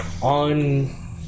On